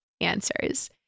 answers